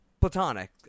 platonic